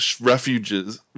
Refuges